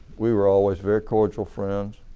we were always very cordial friends.